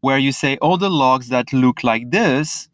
where you say, all the logs that look like this,